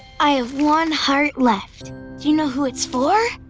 i have one heart left. do you know who it's for?